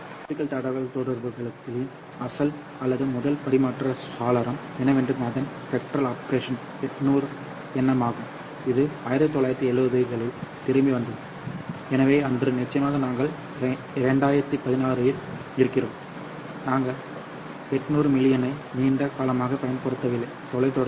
optical தகவல்தொடர்புகளின் அசல் அல்லது முதல் பரிமாற்ற சாளரம் என்னவென்று அதன் ஸ்பெக்ட்ரல் ஆபரேஷன் 800 என்எம் ஆகும் இது 1970 களில் திரும்பி வந்தது எனவே இன்று நிச்சயமாக நாங்கள் 2016 இல் இருக்கிறோம் நாங்கள் 800 மில்லியனை நீண்ட காலமாக பயன்படுத்தவில்லை தொலை தொடர்பு